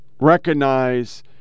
recognize